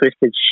twisted